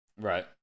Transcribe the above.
Right